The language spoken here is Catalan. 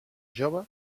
jove